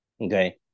Okay